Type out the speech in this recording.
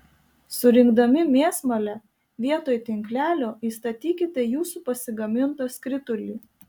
surinkdami mėsmalę vietoj tinklelio įstatykite jūsų pasigamintą skritulį